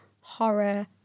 horror